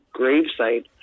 gravesite